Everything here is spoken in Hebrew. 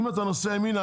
אם אתה נוסע ימינה,